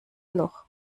loch